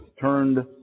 Turned